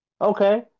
Okay